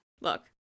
Look